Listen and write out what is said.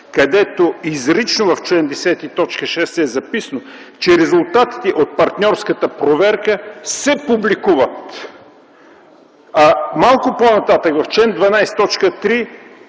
където изрично в чл. 10, т. 6 е записано, че резултатите от партньорската проверка се публикуват. А малко по-нататък – в чл. 12,